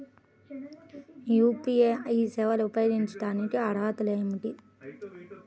UPI సేవలు ఉపయోగించుకోటానికి అర్హతలు ఏమిటీ?